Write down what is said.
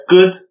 Good